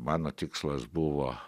mano tikslas buvo